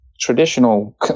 traditional